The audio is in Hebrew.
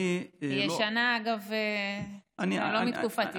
היא ישנה, אגב, לא מתקופתי.